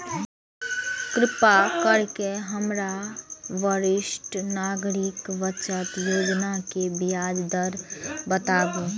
कृपा करके हमरा वरिष्ठ नागरिक बचत योजना के ब्याज दर बताबू